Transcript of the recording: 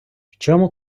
чому